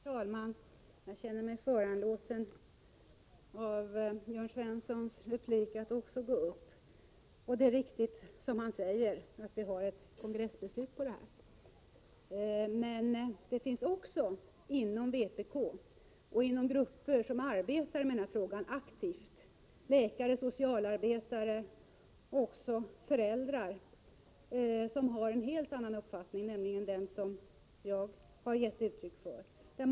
Herr talman! Jag känner mig föranlåtan att svara på Jörn Svenssons replik. Det är riktigt som han säger att vi har ett kongressbeslut i denna fråga. Men det finns också inom vpk och inom grupper som arbetar aktivt med frågan — läkare, socialarbetare och föräldrar — personer som har en helt annan uppfattning, nämligen den som jag gav uttryck för nyss.